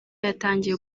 yatangiwe